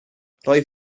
roedd